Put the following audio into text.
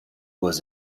was